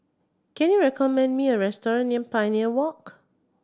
can you recommend me a restaurant near Pioneer Walk